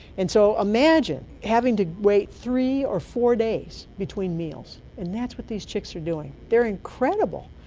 and so imagine having to wait three or four days between meals, and that's what these chicks are doing. they're incredible.